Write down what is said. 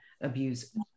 abuse